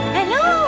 Hello